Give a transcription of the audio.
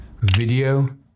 video